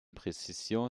précision